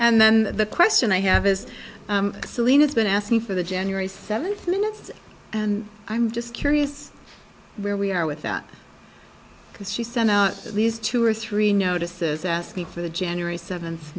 and then the question i have is selena's been asking for the january seventh minutes and i'm just curious where we are with that because she sent out at least two or three notices asked me for the january seventh